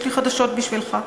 יש לי חדשות בשבילך.